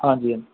ਹਾਂਜੀ ਹਾਂਜੀ